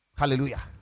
hallelujah